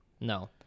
No